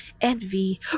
envy